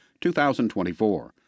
2024